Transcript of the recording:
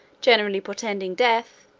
generally portending death,